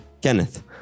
Kenneth